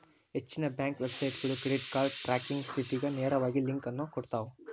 ಹೆಚ್ಚಿನ ಬ್ಯಾಂಕ್ ವೆಬ್ಸೈಟ್ಗಳು credit card tracking ಸ್ಥಿತಿಗ ನೇರವಾಗಿ ಲಿಂಕ್ ಅನ್ನು ಕೊಡ್ತಾವ